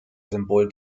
symbol